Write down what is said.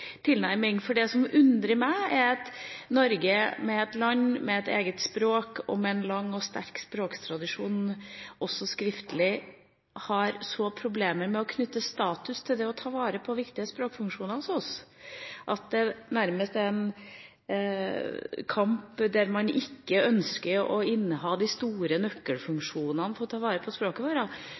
tilnærming. Det som undrer meg, er at Norge, et land med et eget språk, og med en lang og sterk språktradisjon, også skriftlig, har så problemer med å knytte status til det å ta vare på viktige språkfunksjoner, og at det nærmest er en kamp der man ikke ønsker å inneha de store nøkkelfunksjonene for å ta vare på språket vårt.